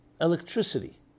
Electricity